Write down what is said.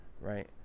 Right